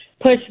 push